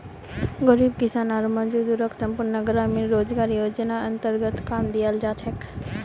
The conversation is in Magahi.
गरीब किसान आर मजदूरक संपूर्ण ग्रामीण रोजगार योजनार अन्तर्गत काम दियाल जा छेक